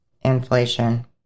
Inflation